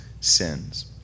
sins